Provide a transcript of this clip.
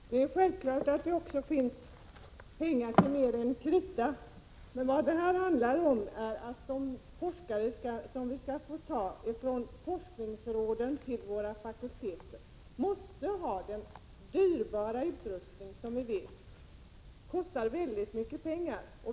Fru talman! Det är självklart att det finns pengar till mer än krita. Vad det här handlar om är att de forskare som vi skall föra över från forskningsråden till våra fakulteter måste ha en utrustning som kostar mycket pengar.